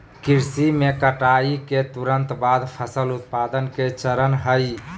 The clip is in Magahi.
कृषि में कटाई के तुरंत बाद फसल उत्पादन के चरण हइ